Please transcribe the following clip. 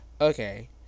Okay